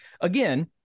again